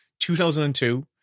2002